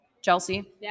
Chelsea